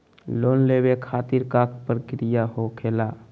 Loan लेवे खातिर का का प्रक्रिया होखेला?